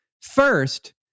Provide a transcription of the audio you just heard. First